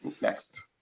next